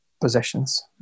possessions